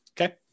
okay